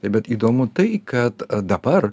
bet įdomu tai kad dabar